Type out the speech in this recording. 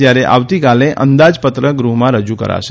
જ્યારે આવતીકાલે અંદાજપત્ર ગૃહમાં રજુ કરાશે